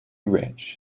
rich